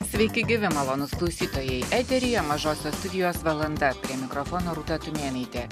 sveiki gyvi malonūs klausytojai eteryje mažosios studijos valanda prie mikrofono rūta tumėnaitė